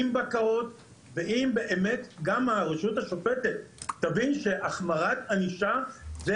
עם בקרות ואם באמת גם הרשות השופטת תבין שהחמרת ענישה זה